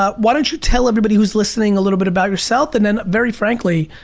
um why don't you tell everybody who's listening a little bit about yourself? and then, very frankly,